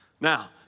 Now